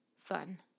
fun